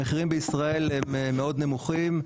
המחירים בישראל הם מאוד נמוכים,